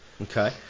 Okay